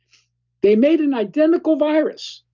they made an identical virus.